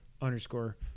underscore